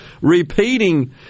Repeating